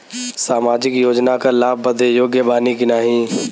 सामाजिक योजना क लाभ बदे योग्य बानी की नाही?